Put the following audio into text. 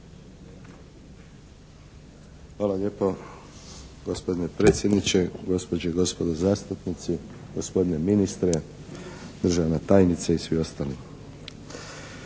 Hvala lijepo. Gospodine predsjedniče, gospođe i gospodo zastupnici, gospodine ministre, državna tajnice i svi ostali.